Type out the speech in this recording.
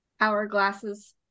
Hourglasses